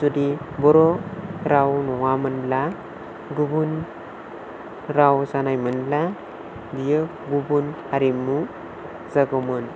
जुदि बर' राव नङामोनब्ला गुबुन राव जानायमोनब्ला बियो गुबुन हारिमु जागौमोन